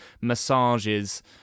massages